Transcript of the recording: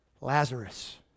Lazarus